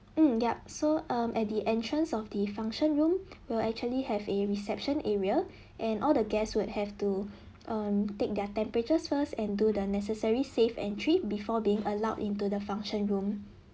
mm yup so um at the entrance of the function room we'll actually have a reception area and all the guests would have to um take their temperatures first and do the necessary safe entry before being allowed into the function room